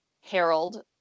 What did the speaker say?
Harold